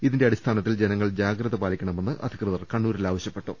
ഇതിന്റെ അടിസ്ഥാനത്തിൽ ജന ങ്ങൾ ജാഗ്രത പാലിക്കണമെന്ന് അധികൃതർ കണ്ണൂരിൽ ആവശ്യപ്പെട്ട ട്ടു